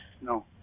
No